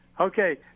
Okay